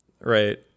Right